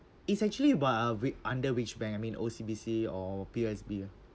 it's actually wha~ wit~ under which bank I mean O_C_B_C or P_O_S_B uh